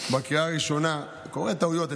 בקריאה הראשונה, קורות טעויות.